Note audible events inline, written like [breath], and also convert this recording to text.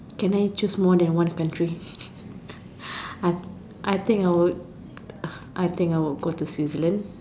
can I choose more than one country [breath] I I think would [noise] I think I will go to Switzerland